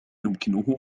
يمكنه